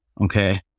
okay